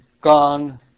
gone